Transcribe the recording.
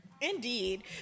Indeed